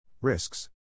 Risks